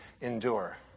endure